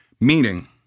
Meaning—